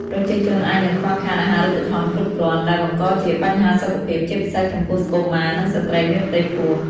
ប្រជាជនអាចនឹងខ្វះខាតអាហាររូបត្ថម្ភគ្រប់គ្រាន់ ដែលបង្កជាបញ្ហាសុខភាព ជាពិសេសចំពោះកុមារ និងស្ត្រីមានផ្ទៃពោះ។